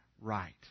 right